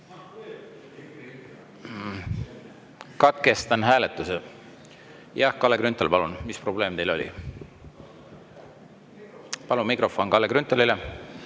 Katkestan hääletuse. Kalle Grünthal, palun, mis probleem teil oli? Palun mikrofon Kalle Grünthalile.